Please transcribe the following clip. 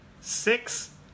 Six